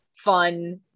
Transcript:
fun